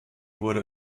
wurde